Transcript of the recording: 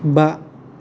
बा